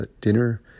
Dinner